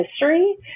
history